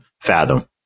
fathom